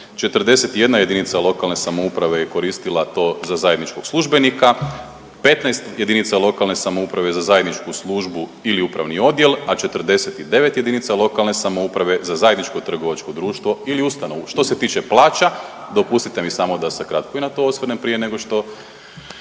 1,4 milijuna eura. 41 JLS je koristila to za zajedničkog službenika, 15 JLS za zajedničku službu ili upravni odjel, a 49 JLS za zajedničko trgovačko društvo ili ustanovu. Što se tiče plaća, dopustite mi samo da se kratko i na to osvrnem prije nego što,